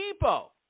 Depot